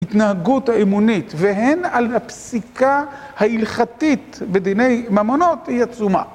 התנהגות האמונית והן על הפסיקה ההלכתית בדיני ממונות היא עצומה.